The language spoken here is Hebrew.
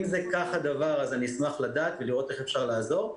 אם כך הדבר, אשמח לדעת ולראות איך אפשר לעזור.